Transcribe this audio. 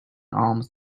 alms